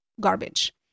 garbage